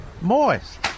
moist